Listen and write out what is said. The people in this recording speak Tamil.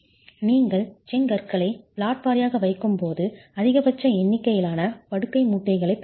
நீங்கள் செங்கற்களை பிளாட் வாரியாக வைக்கும்போது அதிகபட்ச எண்ணிக்கையிலான படுக்கை மூட்டுகளைப் பெறுவீர்கள்